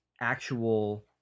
actual